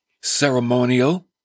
ceremonial